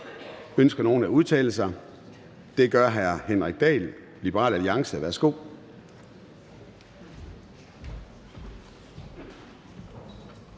Ønsker nogen at udtale sig? Det gør hr. Henrik Dahl, Liberal Alliance. Værsgo.